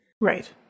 Right